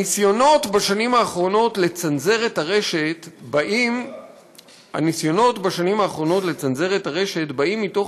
הניסיונות לצנזר את הרשת בשנים האחרונות באים מתוך